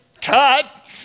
cut